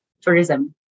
tourism